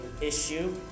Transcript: issue